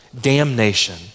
damnation